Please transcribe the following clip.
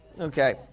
Okay